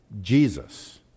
Jesus